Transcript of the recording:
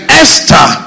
esther